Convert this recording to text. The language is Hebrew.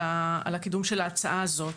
על הקידום של ההצעה הזו.